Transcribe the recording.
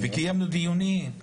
וקיימנו דיונים,